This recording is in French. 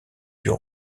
yeux